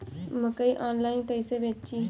मकई आनलाइन कइसे बेची?